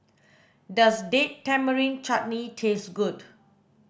does Date Tamarind Chutney taste good